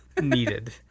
needed